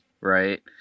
right